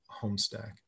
Homestack